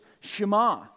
Shema